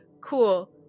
cool